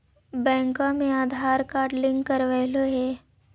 बैंकवा मे Aadhaar card link करवैलहो है?